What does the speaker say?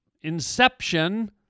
inception